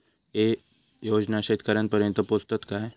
ते योजना शेतकऱ्यानपर्यंत पोचतत काय?